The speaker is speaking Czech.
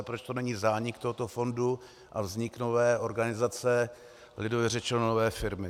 Proč to není zánik tohoto fondu a vznik nové organizace, lidově řečeno, nové firmy?